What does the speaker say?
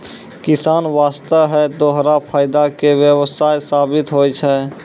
किसान वास्तॅ है दोहरा फायदा के व्यवसाय साबित होय छै